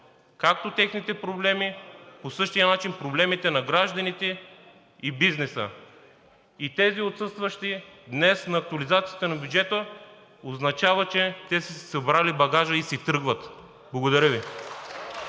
както техните проблеми, по същия начин проблемите на гражданите и бизнеса. И тези отсъстващи днес на актуализацията на бюджета, означава, че те са си събрали багажа и си тръгват. Благодаря Ви.